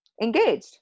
engaged